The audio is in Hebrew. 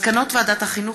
מסקנות ועדת החינוך,